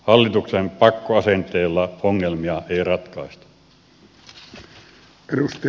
hallituksen pakkoasenteella ongelmia ei ratkaista